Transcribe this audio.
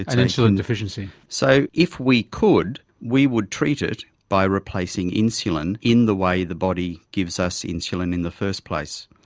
an insulin deficiency. so if we could we would treat it by replacing insulin in the way the body gives us insulin in the first place.